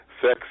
sex